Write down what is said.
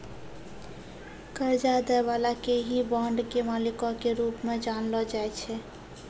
कर्जा दै बाला के ही बांड के मालिको के रूप मे जानलो जाय छै